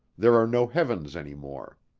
there are no heavens any more.